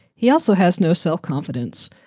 he also has no self-confidence,